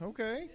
Okay